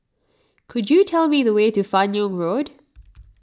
could you tell me the way to Fan Yoong Road